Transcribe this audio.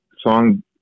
song